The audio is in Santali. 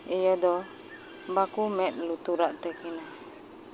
ᱤᱭᱟᱹ ᱫᱚ ᱵᱟᱠᱚ ᱢᱮᱫ ᱞᱩᱛᱩᱨᱟᱜ ᱛᱟᱹᱠᱤᱱᱟ